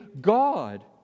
God